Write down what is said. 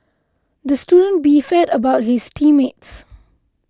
the student beefed about his team mates